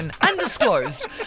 Undisclosed